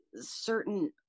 certain